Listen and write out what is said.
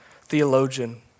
theologian